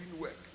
work